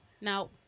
Now